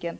den.